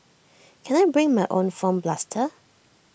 can I bring my own foam blaster